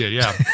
yeah yeah.